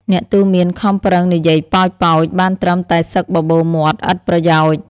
អ្នកទូន្មានខំប្រឹងនិយាយប៉ោចៗបានត្រឹមតែសឹកបបូរមាត់ឥតប្រយោជន៍។